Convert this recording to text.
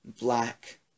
black